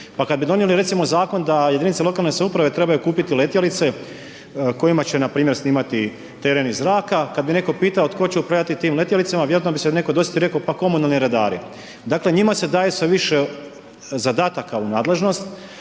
pa kad bi donijeli recimo zakon da jedinice lokalne samouprave trebaju kupiti letjelice kojima će npr. snimati teren iz zraka, kad bi netko pitao tko će upravljati tim letjelicama, vjerojatno bi se netko dosjetio i rekao pa komunalni redari. Dakle njima se daje sve više zadataka u nadležnost,